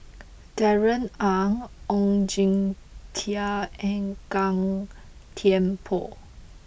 Darrell Ang Oon Jin Teik and Gan Thiam Poh